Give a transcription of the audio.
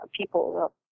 People